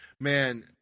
Man